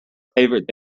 favorite